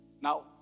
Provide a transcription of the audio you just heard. Now